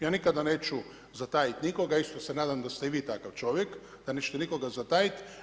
Ja nikada neću, za taj, nikoga, isto se nadam da ste i vi takav čovjek, da nećete nikoga zatajiti.